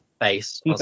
face